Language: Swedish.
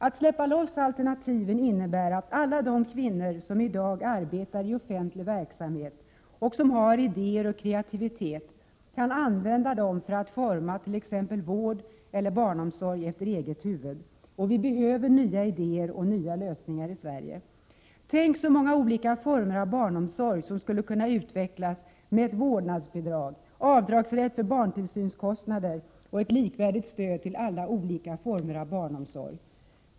Att släppa loss alternativen innebär att alla de kvinnor som i dag arbetar i offentlig verksamhet och som har idéer och kreativitet kan använda dem för att forma t.ex. vård eller barnomsorg efter eget huvud. Och vi behöver nya idéer och nya lösningar i Sverige! Tänk så många olika former av barnomsorg som skulle utvecklas med ett vårdnadsbidrag, avdragsrätt för barntillsynskostnader och ett likvärdigt stöd till alla olika former av barnomsorg!